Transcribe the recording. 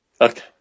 Okay